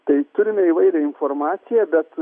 tai turime įvairią informaciją bet